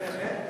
באמת?